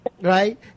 right